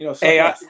Hey